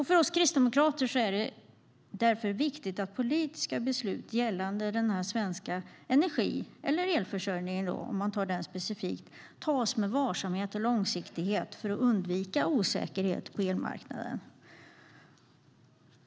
För oss kristdemokrater är det därför viktigt att politiska beslut gällande svensk energi eller specifikt elförsörjning tas med varsamhet och långsiktighet, för att undvika osäkerhet på elmarknaden.